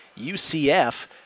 UCF